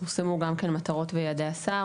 פורסמו גם מטרות ויעדי השר,